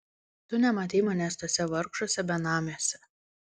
tu nematei manęs tuose vargšuose benamiuose